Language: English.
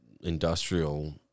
Industrial